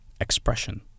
Expression